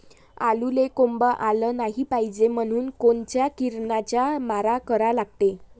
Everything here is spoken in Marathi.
आलूले कोंब आलं नाई पायजे म्हनून कोनच्या किरनाचा मारा करा लागते?